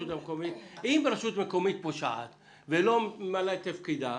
אם רשות מקומית פושעת ולא ממלאת את תפקידה,